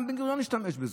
גם בן-גוריון השתמש בזה.